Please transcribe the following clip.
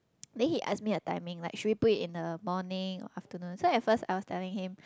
then he ask me the timing like should we put it in the morning or afternoon so at first I was telling him